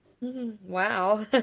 Wow